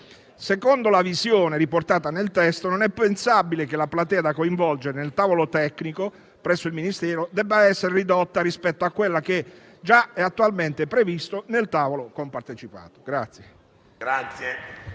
Secondo la visione riportata nel testo, non è pensabile che la platea da coinvolgere nel tavolo tecnico presso il Ministero debba essere ridotta rispetto a quella che è già attualmente prevista nel tavolo compartecipato.